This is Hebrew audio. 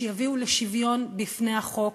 שיביאו לשוויון בפני החוק,